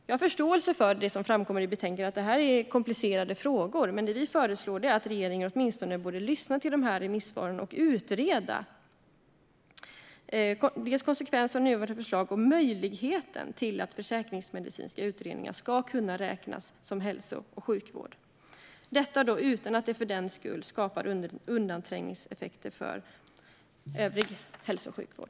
Vi har förståelse för det som framkommer i betänkandet angående att detta är komplicerade frågor, men det vi föreslår är att regeringen åtminstone borde lyssna till remissvaren och utreda dels konsekvensen av nuvarande förslag, dels möjligheten till att försäkringsmedicinska utredningar ska kunna räknas som hälso och sjukvård utan att det för den skull skapar undanträngningseffekter för övrig hälso och sjukvård.